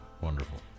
wonderful